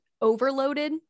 overloaded